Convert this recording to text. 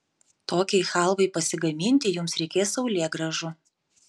tokiai chalvai pasigaminti jums reikės saulėgrąžų